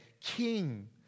King